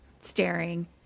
staring